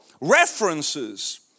references